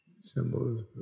symbols